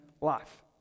life